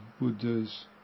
Buddha's